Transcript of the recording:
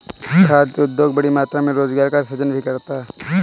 खाद्य उद्योग बड़ी मात्रा में रोजगार का सृजन भी करता है